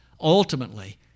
Ultimately